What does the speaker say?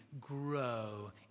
grow